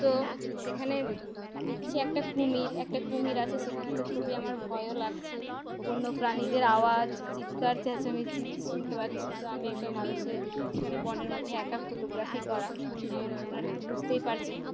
তো সেখানে দেখছি একটা কুমির একটা কুমির আছে সেখানে তো খুবই আমার ভয়ও লাগছে বন্য প্রাণীদের আওয়াজ চিৎকার চেঁচামেচি শুনতে পাচ্ছি তো আমি একজন মানুষ হয়ে সেখানে বনের মধ্যে একা ফটোগ্রাফি করা যেমন আপনারা তো বুঝতেই পারছেন